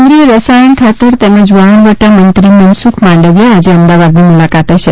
કેન્દ્રીય રસાયણ ખાતર તેમજ વહાણવટા મંત્રી મનસુખ માંડવીયા આજે અમદાવાદની મુલાકાતે છે